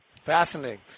Fascinating